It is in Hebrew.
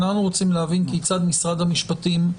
אנחנו רוצים להבין כיצד משרד המשפטים,